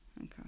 Okay